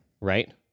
Right